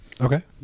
Okay